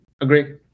Agree